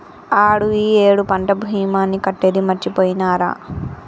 ఆడు ఈ ఏడు పంట భీమాని కట్టేది మరిచిపోయినారా